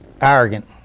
Arrogant